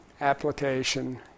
application